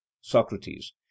socrates